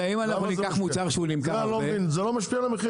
אני לא מבין, את זה לא משפיע על המחיר.